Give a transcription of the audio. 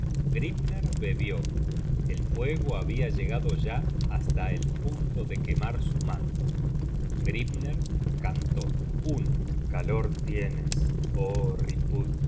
bebió el fuego habia llegado ya hasta el punto de quemar su manto grimner cantó calor tienes